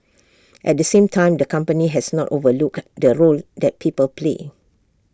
at the same time the company has not overlooked the role that people play